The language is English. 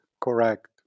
correct